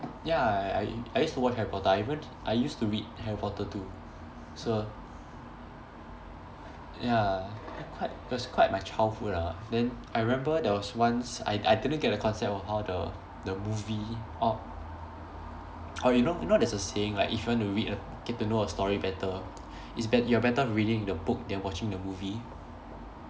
ya I I I used to watch harry potter I even I used to read harry potter too so ya and quite it was quite my childhood ah then I remember there was once I I couldn't get the concept of how the the movie oh oh you know you know there's a saying like if you want to read a get to know a story better it's bet~ you're better reading the book than watching the movie